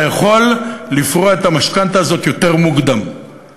יכול לפרוע את המשכנתה הזאת יותר מוקדם,